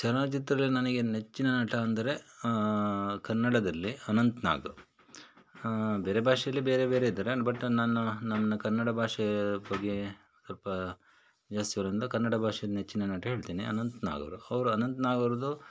ಚಲನಚಿತ್ರದಲ್ಲಿ ನನಗೆ ನೆಚ್ಚಿನ ನಟ ಅಂದರೆ ಕನ್ನಡದಲ್ಲಿ ಅನಂತ್ ನಾಗ್ ಬೇರೆ ಭಾಷೆಯಲ್ಲಿ ಬೇರೆ ಬೇರೆ ಇದ್ದಾರೆ ಅಂಡ್ ಬಟ್ ನಾನು ನನ್ನ ಕನ್ನಡ ಭಾಷೆ ಬಗ್ಗೆ ಸ್ವಲ್ಪ ಜಾಸ್ತಿ ಇರೋದರಿಂದ ಕನ್ನಡ ಭಾಷೆ ನೆಚ್ಚಿನ ನಟ ಹೇಳ್ತೀನಿ ಅನಂತ್ ನಾಗ್ ಅವರು ಅವರ ಅನಂತ್ ನಾಗ್ ಅವ್ರದ್ದು